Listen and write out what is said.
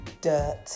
dirt